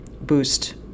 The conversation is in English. boost